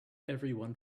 everyone